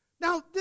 Now